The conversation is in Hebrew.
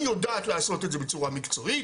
אני יודעת לעשות את זה בצורה מקצועית,